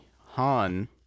Han